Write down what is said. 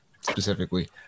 specifically